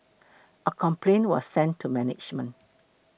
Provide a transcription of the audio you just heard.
a complaint was sent to management